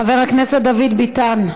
חבר הכנסת דוד ביטן,